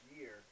year